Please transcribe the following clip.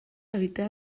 egitea